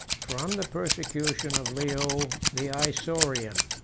from the persecution of leo the isaurian.